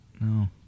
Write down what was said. No